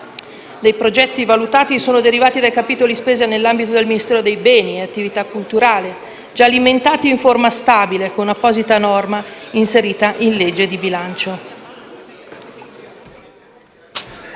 dei progetti valutati sono derivati dai capitoli di spesa nell'ambito del Ministero dei beni e delle attività culturali e del turismo, già alimentati in forma stabile con apposita norma inserita in legge di bilancio.